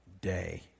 day